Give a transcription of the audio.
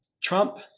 Trump